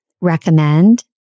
recommend